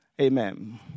Amen